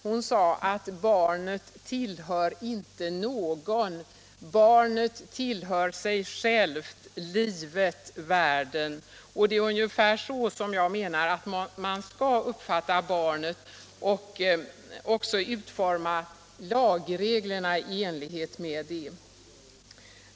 Hon sade: Barnet tillhör inte någon, barnet tillhör sig självt, livet, världen. Det är ungefär så jag menar att man skall uppfatta barnet och även utforma lagreglerna i enlighet därmed.